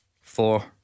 Four